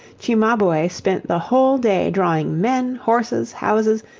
cimabue spent the whole day drawing men, horses, houses,